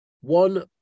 one